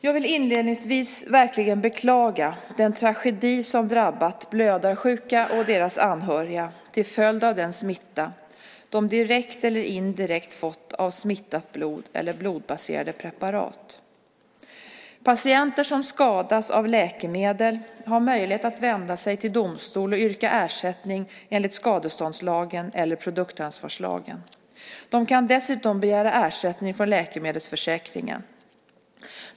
Jag vill inledningsvis verkligen beklaga den tragedi som har drabbat blödarsjuka och deras anhöriga till följd av den smitta som de direkt eller indirekt fått av smittat blod eller blodbaserade preparat. Patienter som skadas av läkemedel har möjlighet att vända sig till domstol och yrka ersättning enligt skadeståndslagen eller produktansvarslagen. De kan dessutom begära ersättning från läkemedelsförsäkringen.